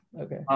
Okay